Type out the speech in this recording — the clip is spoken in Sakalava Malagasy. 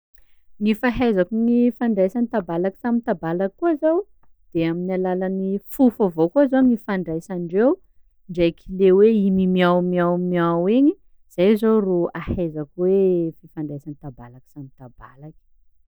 Gny fahaizako gny ifandraisan'ny tabalaky samy tabalaky koa zao de amin'ny alalan'ny fofo avao koa zao no ifandraisandreo ndraiky le hoe i mimiaomiaomiao igny, zay zao rô ahaizako hoe fifandraisan'ny tabalaky samy tabalaky.